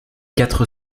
quatre